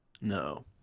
no